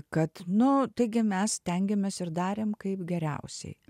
kad nu taigi mes stengiamės ir darėm kaip geriausiai